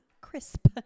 Crisp